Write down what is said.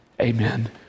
amen